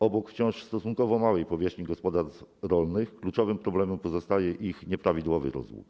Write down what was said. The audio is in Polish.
Obok wciąż stosunkowo małej powierzchni gospodarstw rolnych kluczowym problemem pozostaje ich nieprawidłowy rozwój.